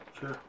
Sure